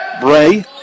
Bray